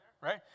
Right